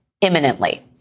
imminently